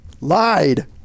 Lied